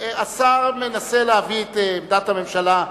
השר מנסה להביא את עמדת הממשלה.